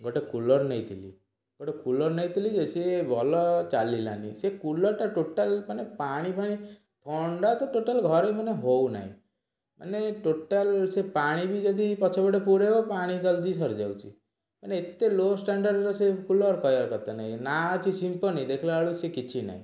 ଗୋଟେ କୁଲର୍ ନେଇଥିଲି ଗୋଟେ କୁଲର୍ ନେଇଥିଲି ଯେ ସିଏ ଭଲ ଚାଲିଲାନି ସେ କୁଲର୍ଟା ଟୋଟାଲ୍ ମାନେ ପାଣିଫାଣି ଥଣ୍ଡା ତ ଟୋଟାଲ୍ ଘରେ ମାନେ ହେଉନାଇ ମାନେ ଟୋଟାଲ୍ ସେ ପାଣି ବି ଯଦି ପଛପଟେ ପୁରେଇବ ପାଣି ଜଲ୍ଦି ସରିଯାଉଛି ମାନେ ଏତେ ଲୋ ଷ୍ଟାଣ୍ଡାର୍ଡ଼୍ ର ସେ କୁଲର୍ କହିବା କଥା ନାଇ ନାଁ ଅଛି ସିମ୍ପୋନି ଦେଖିଲାବେଳୁ କୁ ସେ କିଛି ନାଇ